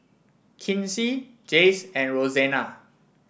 Kinsey Jayce and Rosena